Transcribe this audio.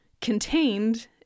contained